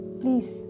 please